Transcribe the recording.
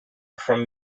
from